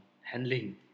handling